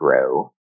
grow